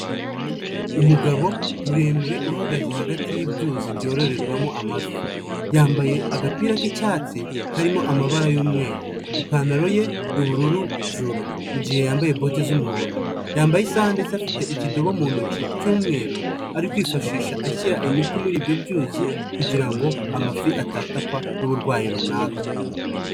Umugabo muremure uhagaze hagati y'ibyuzi byororerwamo amafi, yambaye agapira k'icyatsi karimo amabara y'umweru ipantaro ye n'ubururu juru, mu gihe yambaye bote z'umuhondo, yambaye isaha ndetse afite ikidobo mu ntoki cy'umweru ari kwifashisha ashyira imiti muri ibyo byuzi kugira ngo amafi atatakwa n'uburwayi runaka.